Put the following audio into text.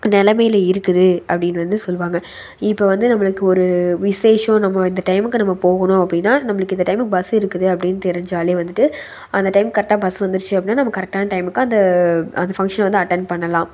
நிலமைல இருக்குது அப்படினு வந்து சொல்வாங்க இப்போ வந்து நம்மளுக்கு ஒரு விஷேசம் நம்ம இந்த டைமுக்கு நம்ம போகணும் அப்படினா நம்மளுக்கு இந்த டைமுக்கு பஸ் இருக்குது அப்படினு தெரிஞ்சால் வந்துட்டு அந்த டைம் கரெக்டாக பஸ் வந்துருச்சு அப்படினா நம்ம கரெக்டான டைமுக்கு அந்த அந்த ஃபங்ஷன் வந்து அட்டன் பண்ணலாம்